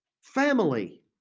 Family